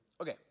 Okay